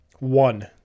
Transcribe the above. one